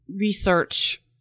research